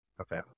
Okay